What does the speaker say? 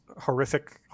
horrific